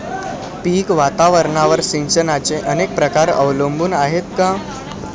पीक वातावरणावर सिंचनाचे अनेक प्रकार अवलंबून आहेत का?